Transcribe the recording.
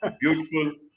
beautiful